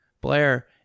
Blair